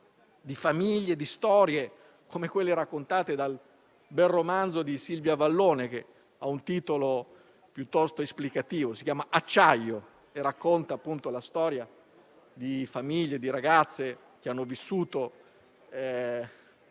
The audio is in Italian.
famiglie e storie come quelle raccontate nel bel romanzo di Silvia Avallone, che ha un titolo piuttosto esplicativo - «Acciaio» - e racconta la storia di famiglie e ragazzi che hanno vissuto